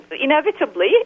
Inevitably